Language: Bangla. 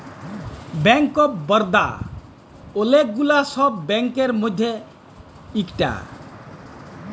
ব্যাঙ্ক অফ বারদা ওলেক গুলা সব ব্যাংকের মধ্যে ইকটা